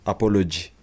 Apology